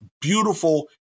beautiful